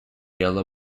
yellow